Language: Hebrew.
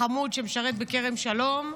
החמוד שמשרת בכרם שלום,